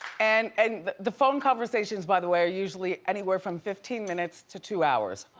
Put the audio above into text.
and and the phone conversations, by the way, are usually anywhere from fifteen minutes to two hours.